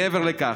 מעבר לכך,